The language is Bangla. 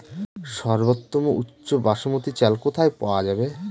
সর্বোওম উচ্চ বাসমতী চাল কোথায় পওয়া যাবে?